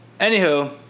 Anywho